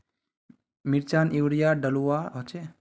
मिर्चान यूरिया डलुआ होचे?